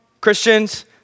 Christians